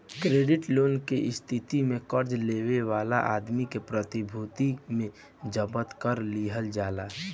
credit less के स्थिति में कर्जा लेवे वाला आदमी के प्रतिभूति के जब्त कर लिहल जाला